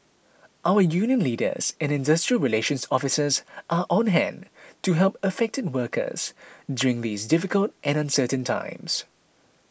our union leaders and industrial relations officers are on hand to help affected workers during these difficult and uncertain times